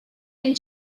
and